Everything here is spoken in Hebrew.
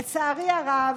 לצערי הרב,